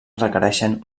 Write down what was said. requereixen